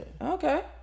Okay